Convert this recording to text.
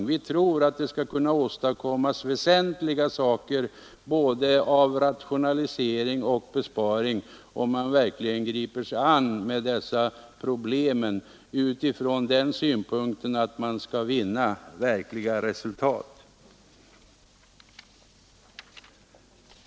För vår del tror vi att det skulle kunna åstadkommas väsentliga saker när det gäller både rationalisering och besparing, om man griper sig an med dessa problem utifrån den synpunkten att man vill vinna verkliga resultat.